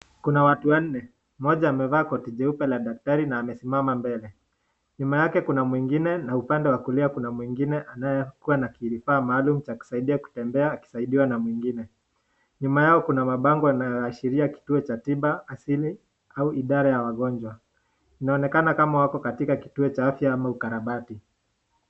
Kuna watu wanne. Mmoja amevaa koti jeupe la daktari na amesimama mbele. Nyuma yake kuna mwingine na upande wa kulia kuna mwingine anayekuwa na kifaa maalum cha kusaidia kutembea akisaidiwa na mwinigine. Nyuma yao kuna mabangwa na sheria kituo cha tiba asili, au idara ya wagonjwa. Inaonekana kama wako katika kituo cha afya ama ukarabati.